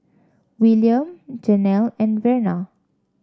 Wiliam Janel and Verna